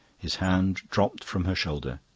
his hand dropped from her shoulder.